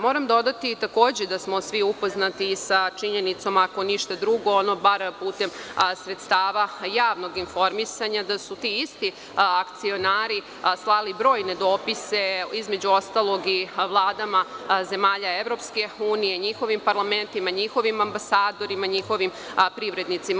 Moram dodati takođe da su svi upoznati sa činjenicom, bar putem sredstava javnog informisanja, da su ti isti akcionari slali brojne dopise između ostalog i vladama zemalja EU i njihovim parlamentima, njihovim ambasadorima, njihovim privrednicima.